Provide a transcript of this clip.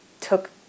took